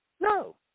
No